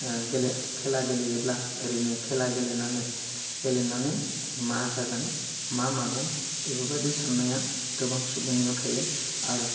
गेले खेला गेलेयोब्ला ओरैनो खेला गेलेनानै गेलेनानै मा जागोन मा मागोन बेफोरबायदि साननाया गोबां सुबुंनियाव थायो आरो